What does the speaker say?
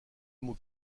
mots